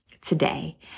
today